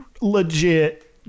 legit